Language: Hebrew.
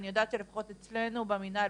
אני יודעת שלפחות אצלנו במינהל,